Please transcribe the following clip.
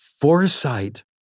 foresight